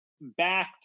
back